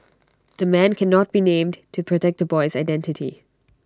the man cannot be named to protect the boy's identity